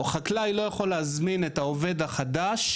או חקלאי לא יכול להזמין את העובד החדש,